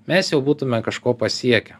mes jau būtume kažko pasiekę